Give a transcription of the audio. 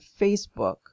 Facebook